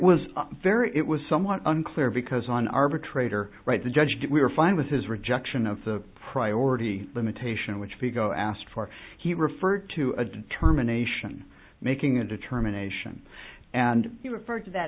was very it was somewhat unclear because an arbitrator right the judge that we were fine with his rejection of the priority limitation which we go asked for he referred to a determination making a determination and